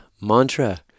mantra